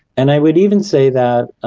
and i would even say that